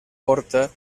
porta